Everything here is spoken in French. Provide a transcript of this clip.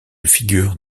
figure